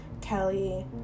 kelly